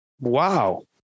Wow